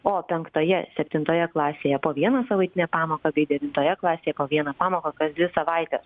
o penktoje septintoje klasėje po vieną savaitinę pamoką bei devintoje klasėje po vieną pamoką kas dvi savaites